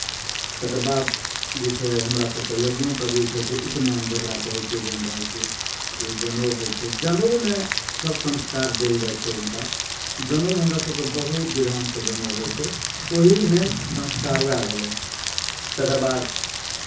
तकर बाद जे छै हमरा सभके यज्ञोपवीत होइ छै उपनयन जकरा कहै छै जेनरल जे ओ जनेउ होइ छै जनेउमे सभ संस्कार देल जाइ छै हुनका जनेउमे हमरा सभके बहुत विधानसँ जनेउ होइ छै वही मेन संस्कार उएह भेलै तकर बाद